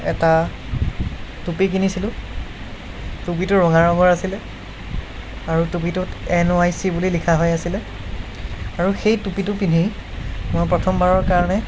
এটা টুপী কিনিছিলোঁ টুপীটো ৰঙা ৰঙৰ আছিলে আৰু টুপীটোত এন ৱাই চি বুলি লিখা হৈ আছিলে আৰু সেই টুপীটো পিন্ধি মই প্ৰথমবাৰৰ কাৰণে